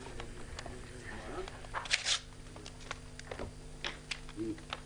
הישיבה ננעלה בשעה 10:55.